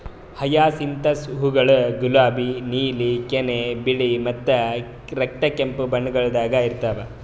hyacinthus ಹೂವುಗೊಳ್ ಗುಲಾಬಿ, ನೀಲಿ, ಕೆನೆ, ಬಿಳಿ ಮತ್ತ ರಕ್ತ ಕೆಂಪು ಬಣ್ಣಗೊಳ್ದಾಗ್ ಇರ್ತಾವ್